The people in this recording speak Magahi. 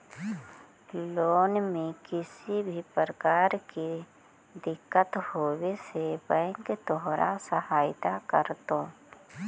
लोन में किसी भी प्रकार की दिक्कत होवे से बैंक तोहार सहायता करतो